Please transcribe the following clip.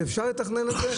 שאפשר לתכנן את זה.